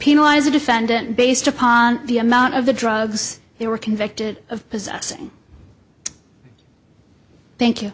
penalize a defendant based upon the amount of the drugs they were convicted of possessing thank you